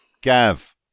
Gav